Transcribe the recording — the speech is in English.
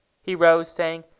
he rose, saying,